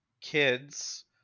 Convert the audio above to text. kids